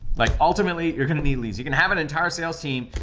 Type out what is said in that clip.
like ultimately you're gonna need leads. you can have an entire sales team.